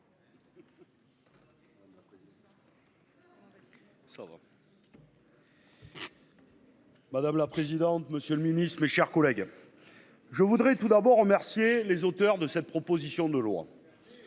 Madame la présidente. Monsieur le Ministre, mes chers collègues. Je voudrais tout d'abord remercier les auteurs de cette proposition de loi.